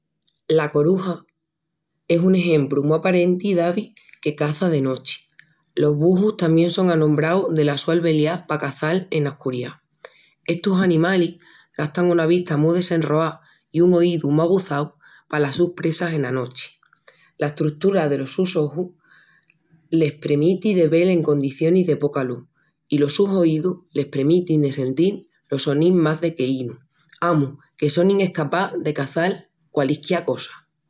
La coruxa es un exempru mu aparenti d'avi que caça de nochi. Los buhus tamién son anombraus dela su albeliá pa caçal ena escuriá. Estus animalis gastan una vista mu desenroá i un oídu mu aguzau palas sus presas ena nochi. La estrutura delos sus ojus les premiti de vel en condicionis de poca lus, i los sus oídus les premitin de sentil los sonis más dequeínus. Amus, que sonin escapás de caçal qualisquiá cosa!